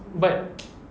but